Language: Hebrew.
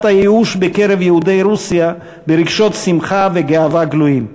הייאוש בקרב יהודי רוסיה ברגשות שמחה וגאווה גלויים.